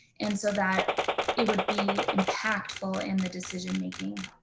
and so that it would be impactful in the decision-making.